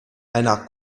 einer